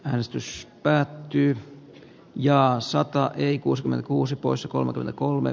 äänestys päättyi jalassa tahi kuusmme kuusi poissa kolme kolme